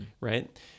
right